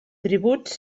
tributs